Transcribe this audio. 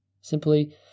Simply